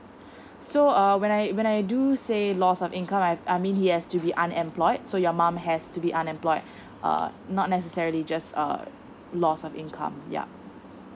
so uh when I when I do say loss of income I've I mean he has to be unemployed so your mum has to be unemployed uh not necessarily just err loss of income yup